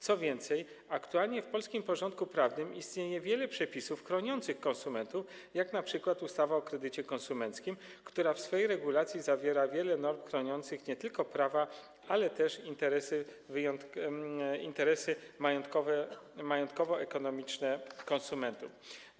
Co więcej, aktualnie w polskim porządku prawnym istnieje wiele przepisów chroniących konsumentów, jak np. ustawa o kredycie konsumenckim, która w swej regulacji zawiera wiele norm chroniących nie tylko prawa, ale też interesy majątkowo-ekonomiczne konsumentów.